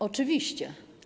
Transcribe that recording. Oczywiście.